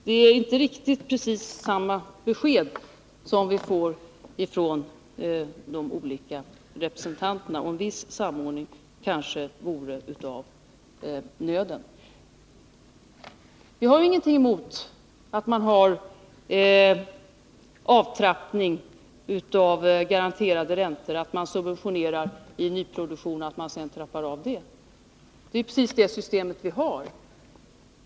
Det är inte precis samma besked vi får från de olika företrädarna för socialdemokratin! En viss samordning kanske vore på sin plats. Jag har ingenting emot att man har en avtrappning av garanterade räntor, att man subventionerar i nyproduktion och sedan trappar av den subventionen. Det är det systemet vi har.